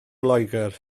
loegr